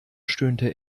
stöhnte